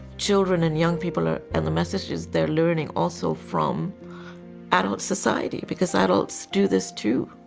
children and young people are, and the messages, they're learning also from adult society, because adults do this too.